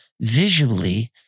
visually